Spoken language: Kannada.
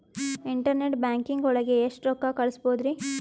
ಇಂಟರ್ನೆಟ್ ಬ್ಯಾಂಕಿಂಗ್ ಒಳಗೆ ಎಷ್ಟ್ ರೊಕ್ಕ ಕಲ್ಸ್ಬೋದ್ ರಿ?